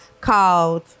called